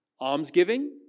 almsgiving